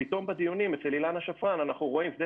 פתאום בדיונים אצל אילנה שפרן אנחנו רואים שדה